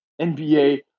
NBA